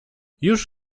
już